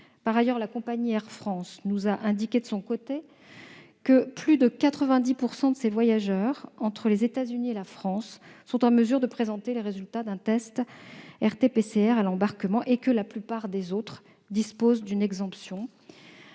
De son côté, la compagnie Air France nous fait savoir que plus de 90 % de ses voyageurs entre les États-Unis et la France sont en mesure de présenter les résultats d'un test RT-PCR à l'embarquement et que la plupart des autres disposent d'une exemption.